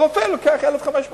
רופא לוקח 1,500 שקל.